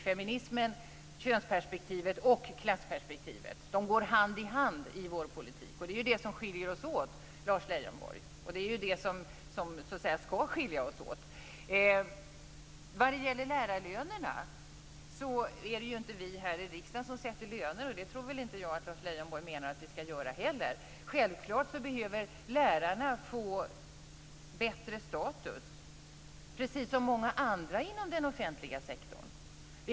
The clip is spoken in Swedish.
Feminismen, könsperspektivet och klassperspektivet går hand i hand i vår politik. Det är ju det som skiljer oss åt, Lars Leijonborg, och det är det som ska skilja oss åt. Vad gäller lärarlönerna är det ju inte vi här i riksdagen som sätter löner, och det tror jag väl inte att Lars Leijonborg menar att vi ska göra heller. Självklart behöver lärarna, precis som många andra inom den offentliga sektorn, få bättre status.